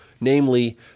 namely